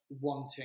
wanting